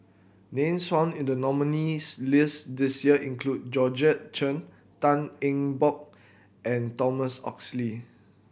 names found in the nominees' list this year include Georgette Chen Tan Eng Bock and Thomas Oxley